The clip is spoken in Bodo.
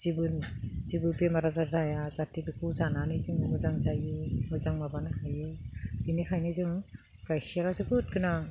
जेबो बेमार आजार जाया जाते बेखौ जानानै जों मोजां जायो मोजां माबानो हायो बेनिखायनो जों गाइखेरा जोबोद गोनां